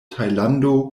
tajlando